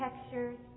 textures